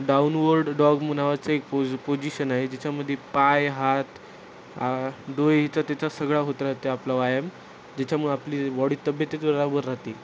downward dog मु नावाचं एक पोज पोजिशन आहे ज्याच्यामध्ये पाय हात ह्याचा त्याचा सगळा होत राहते आपलं व्यायाम ज्याच्यामुळे आपली बॉडी तब्येतच बरोबर राहते